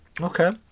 Okay